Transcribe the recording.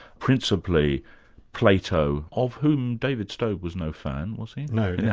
principally plato, of whom david stove was no fan, was he? no, yeah